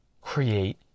create